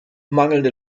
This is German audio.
mangelnde